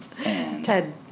Ted